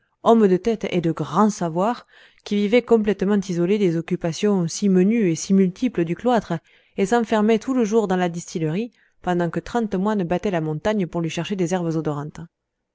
homme de tête et de grand savoir qui vivait complètement isolé des occupations si menues et si multiples du cloître et s'enfermait tout le jour dans sa distillerie pendant que trente moines battaient la montagne pour lui chercher des herbes odorantes